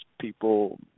people